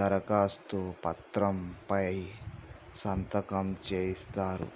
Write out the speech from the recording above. దరఖాస్తు పత్రం పై సంతకం సేయిత్తరు